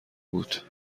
بود